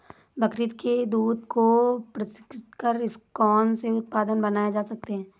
बकरी के दूध को प्रसंस्कृत कर कौन से उत्पाद बनाए जा सकते हैं?